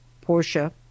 Portia